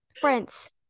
friends